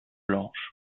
blanche